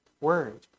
word